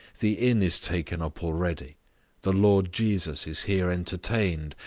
the inn is taken up already the lord jesus is here entertained,